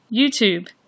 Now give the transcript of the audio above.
YouTube